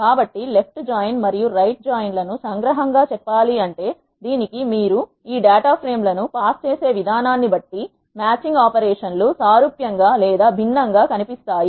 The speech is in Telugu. కాబట్టి లెప్ట్ జాయిన్ మరియు రైట్ జాయిన్ లను సంగ్రహంగా చెప్పాలంటే దీనికి మీరు ఈ డేటా ఫ్రేమ్ లను పాస్ చేసే విధానాన్ని బట్టి మ్యాచింగ్ ఆపరేషన్ లు సారూప్యం గా లేదా భిన్నంగా కనిపిస్తాయి